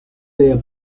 their